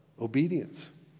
obedience